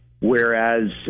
Whereas